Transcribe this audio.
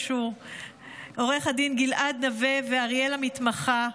עו"ד גלעד נווה ואריאל המתמחה,